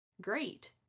great